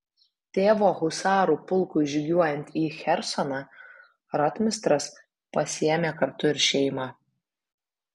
tėvo husarų pulkui žygiuojant į chersoną rotmistras pasiėmė kartu šeimą